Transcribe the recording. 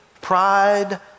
pride